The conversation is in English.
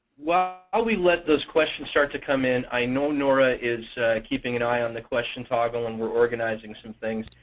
while ah ah we let those questions start to come in, i know nora is keeping an eye on the question toggle, and we're organizing some things.